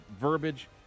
verbiage